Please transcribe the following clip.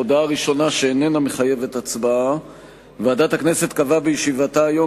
הודעה ראשונה שאיננה מחייבת הצבעה: ועדת הכנסת קבעה בישיבתה היום